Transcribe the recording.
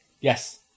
yes